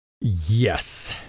Yes